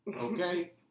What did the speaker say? okay